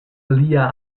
lia